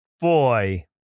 boy